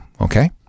okay